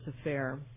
affair